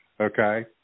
okay